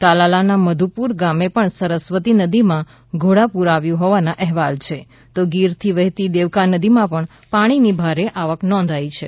તાલાલાના મધુપુર ગામે પણ સરસ્વતી નદીમાં ઘોડાપૂર આવ્યું હોવાના અહેવાલ છે તો ગીરથી વહેતી દેવકા નદીમાં પણ પાણીની ભારે આવક નોંધાઈ છે